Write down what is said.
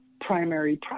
primary